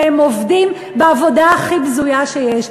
והם עובדים בעבודה הכי בזויה שיש.